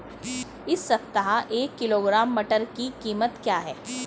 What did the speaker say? इस सप्ताह एक किलोग्राम मटर की कीमत क्या है?